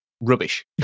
rubbish